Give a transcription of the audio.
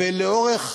ולאורך